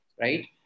right